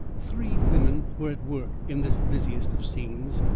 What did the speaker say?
three women were at work in this busiest of scenes,